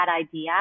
idea